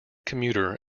commuter